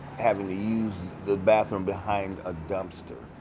having to use the bathroom behind a dumpster.